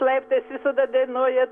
laiptais visada dainuoja